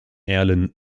erlen